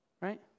Right